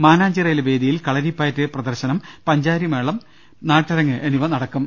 മാനാഞ്ചിറയിലെ വേദിയിൽ കളരിപ്പയറ്റ് പ്രദർശനം പഞ്ചാരിമേളം നാട്ടരങ്ങ് എന്നിവ നടക്കും